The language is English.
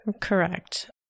Correct